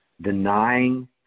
denying